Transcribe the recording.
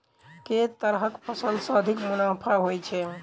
केँ तरहक फसल सऽ अधिक मुनाफा होइ छै?